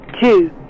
two